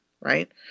right